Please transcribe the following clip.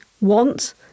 want